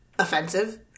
offensive